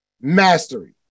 mastery